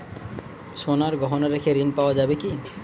সোনার গহনা রেখে ঋণ পাওয়া যাবে কি?